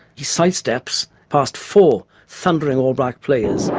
he sidesteps past four thundering all black players,